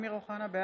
אחלה ממשלה.